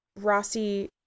Rossi